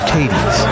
Katie's